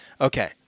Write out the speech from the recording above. okay